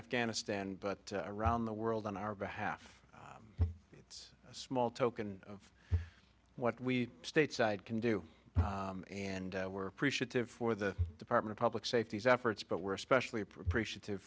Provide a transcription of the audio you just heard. afghanistan but around the world on our behalf it's a small token of what we stateside can do and we're appreciative for the department of public safety as efforts but we're especially appreciative